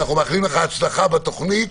אנו מאחלים לך הצלחה בתוכנית.